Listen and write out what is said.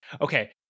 Okay